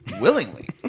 willingly